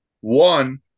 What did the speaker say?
One